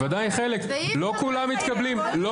לא כולם מתקבלים גם